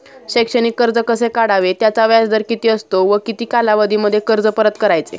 शैक्षणिक कर्ज कसे काढावे? त्याचा व्याजदर किती असतो व किती कालावधीमध्ये कर्ज परत करायचे?